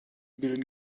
bilden